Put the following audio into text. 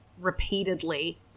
repeatedly